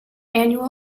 annual